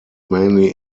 mainly